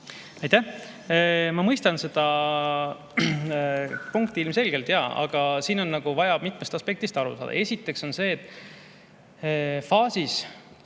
Aitäh! Jaa, ma mõistan seda punkti ilmselgelt, aga siin on vaja mitmest aspektist aru saada. Esiteks on see, et täna